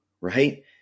right